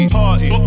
party